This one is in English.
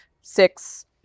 six